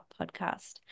podcast